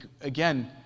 again